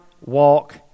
walk